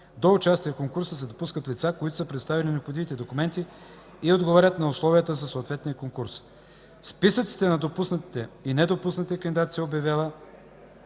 До участие в конкурса се допускат лица, които са представили необходимите документи и отговарят на условията за съответния конкурс. Списъците на допуснатите и недопуснатите кандидати се обявяват